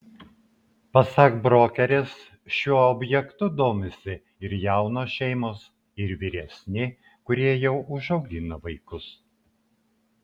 pasak brokerės šiuo objektu domisi ir jaunos šeimos ir vyresni kurie jau užaugino vaikus